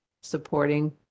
Supporting